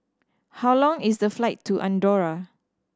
how long is the flight to Andorra